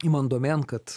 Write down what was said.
iman domėn kad